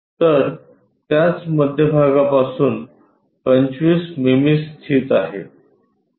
तर त्याच मध्यभागापासून 25 मिमी स्थित आहे